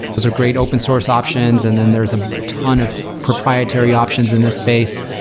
those are great open source options. and then there is a ton of proprietary options in this space.